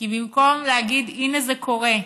במקום להגיד: הינה זה קורה,